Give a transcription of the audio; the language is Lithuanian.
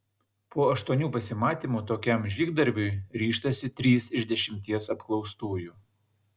po aštuonių pasimatymų tokiam žygdarbiui ryžtasi trys iš dešimties apklaustųjų